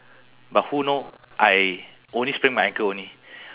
all all the auntie all saw lah so they